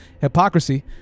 hypocrisy